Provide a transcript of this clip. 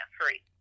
free